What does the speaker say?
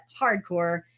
hardcore